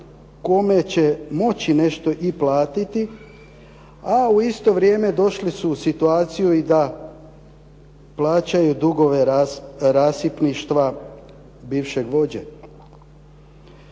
kome će moći nešto i platiti, a u isto vrijeme došli su u situaciju i da plaćaju dugove rasipništva bivšeg vođe.